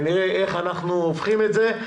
ונראה איך אנחנו הופכים את זה.